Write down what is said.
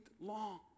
long